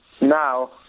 now